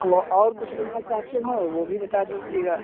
और और कुछ लेना चाहते हो वो भी बता दीजिएगा